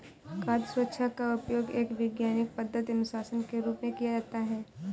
खाद्य सुरक्षा का उपयोग एक वैज्ञानिक पद्धति अनुशासन के रूप में किया जाता है